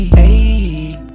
hey